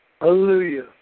Hallelujah